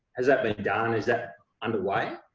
has that been done, is that underway?